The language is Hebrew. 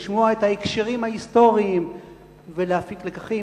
לשמוע את ההקשרים ההיסטוריים ולהפיק לקחים,